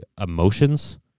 emotions